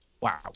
Wow